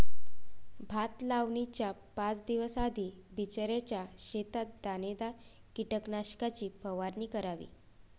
भात लावणीच्या पाच दिवस आधी बिचऱ्याच्या शेतात दाणेदार कीटकनाशकाची फवारणी करावी